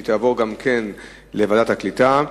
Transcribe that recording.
היא תעבור לוועדת הקליטה.